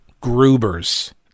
Gruber's